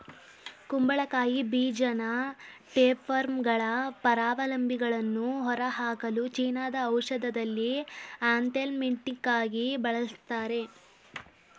ಕುಂಬಳಕಾಯಿ ಬೀಜನ ಟೇಪ್ವರ್ಮ್ಗಳ ಪರಾವಲಂಬಿಗಳನ್ನು ಹೊರಹಾಕಲು ಚೀನಾದ ಔಷಧದಲ್ಲಿ ಆಂಥೆಲ್ಮಿಂಟಿಕಾಗಿ ಬಳಸ್ತಾರೆ